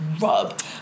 rub